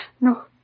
No